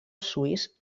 suís